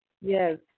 Yes